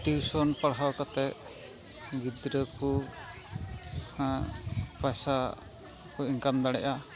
tuition ᱯᱟᱲᱦᱟᱣ ᱠᱟᱛᱮᱫ ᱜᱤᱫᱽᱨᱟᱹ ᱠᱚ ᱯᱟᱭᱥᱟ ᱠᱚ ᱤᱱᱠᱟᱢ ᱫᱟᱲᱮᱭᱟᱜᱼᱟ